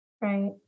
Right